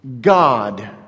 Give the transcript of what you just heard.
God